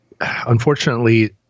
unfortunately